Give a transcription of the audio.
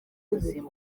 ubuzima